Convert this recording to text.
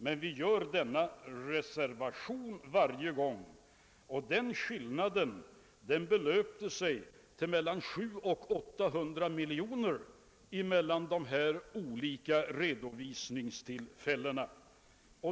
Men vi gör varje gång denna reservation. Den skillnaden belöpte sig till mellan 700 och 800 miljoner kronor mellan de olika redovisningstillfällena.